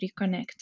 reconnect